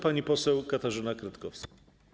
Pani poseł Katarzyna Kretkowska.